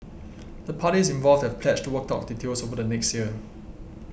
the parties involved have pledged to work out details over the next year